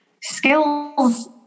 skills